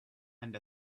and